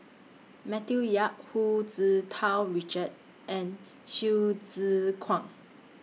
Matthew Yap Hu Tsu Tau Richard and Hsu Tse Kwang